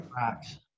rocks